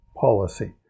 policy